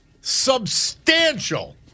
substantial